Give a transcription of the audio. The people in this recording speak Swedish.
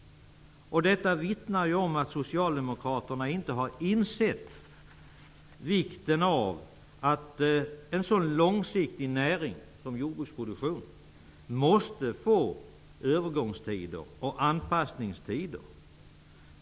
Detta vittnar om att socialdemokraterna inte har insett vikten av att en sådan långsiktig näring som jordbruksproduktionen måste få övergångstider och anpassningstider.